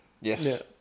yes